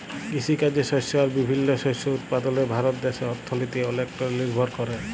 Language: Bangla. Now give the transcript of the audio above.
কিসিকাজে শস্য আর বিভিল্ল্য শস্য উৎপাদলে ভারত দ্যাশের অথ্থলিতি অলেকট লিরভর ক্যরে